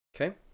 Okay